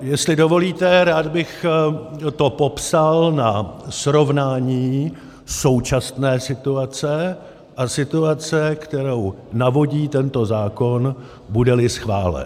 Jestli dovolíte, rád bych to popsal na srovnání současné situace a situace, kterou navodí tento zákon, budeli schválen.